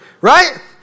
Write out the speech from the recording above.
right